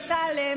אני מסתדרת.